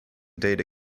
data